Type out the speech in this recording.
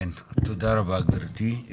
תודה רבה גבירתי.